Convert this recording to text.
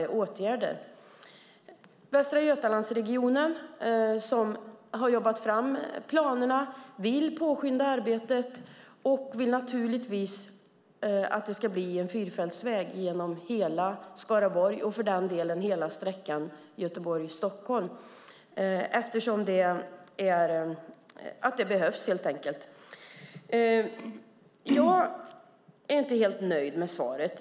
Västra Götalandsregionen, som har jobbat fram planerna, vill påskynda arbetet och vill naturligtvis att det ska bli en fyrfältsväg genom hela Skaraborg och för den delen på hela sträckan Göteborg-Stockholm eftersom det behövs. Jag är inte helt nöjd med svaret.